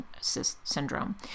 syndrome